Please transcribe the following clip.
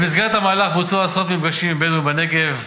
במסגרת המהלך בוצעו עשרות מפגשים עם בדואים בנגב,